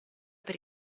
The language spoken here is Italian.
per